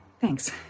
Thanks